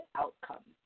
outcome